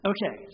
Okay